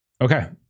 okay